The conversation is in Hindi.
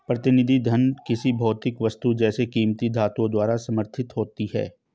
प्रतिनिधि धन किसी भौतिक वस्तु जैसे कीमती धातुओं द्वारा समर्थित होती है